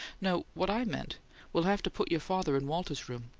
no what i meant we'll have to put your father in walter's room.